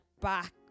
back